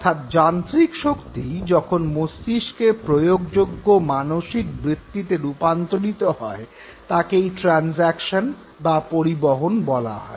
অর্থাৎ যান্ত্রিক শক্তি যখন মস্তিষ্কের প্রক্রিয়াযোগ্য মানসিক বৃত্তিতে রূপান্তরিত হয় তাকে ট্রান্সডাকশন বা পরিবহণ বলা হয়